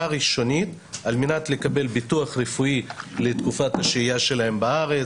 ראשונית על מנת לקבל ביטוח רפואי לתקופת השהייה שלהם בארץ,